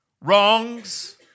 wrongs